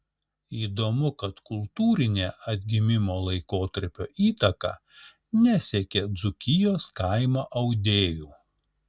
įdomu kad kultūrinė atgimimo laikotarpio įtaka nesiekė dzūkijos kaimo audėjų